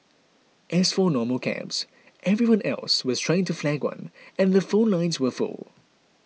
as for normal cabs everyone else was trying to flag one and the phone lines were full